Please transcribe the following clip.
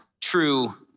true